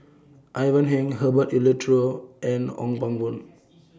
Ivan Heng Herbert Eleuterio and Ong Pang Boon